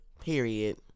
Period